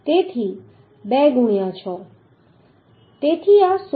તેથી 2 ગુણ્યાં 6